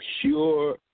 pure